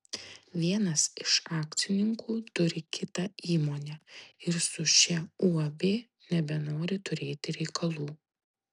vienas iš akcininkų turi kitą įmonę ir su šia uab nebenori turėti reikalų